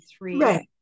Right